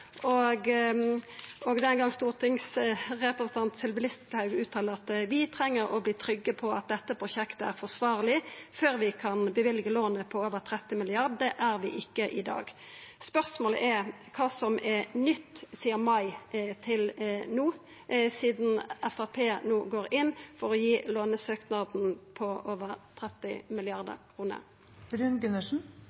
Sylvi Listhaug, den gang stortingsrepresentant, uttalte: «Vi trenger å bli trygge på at dette prosjektet er forsvarlig før vi kan bevilge lånet på over 30 milliarder kroner. Det er vi ikke i dag». Spørsmålet er: Kva er nytt sidan april til no sidan Framstegspartiet no går inn for å stemma for lånesøknaden på over 30